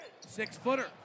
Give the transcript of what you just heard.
Six-footer